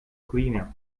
cleaner